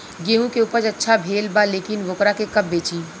गेहूं के उपज अच्छा भेल बा लेकिन वोकरा के कब बेची?